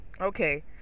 Okay